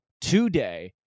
today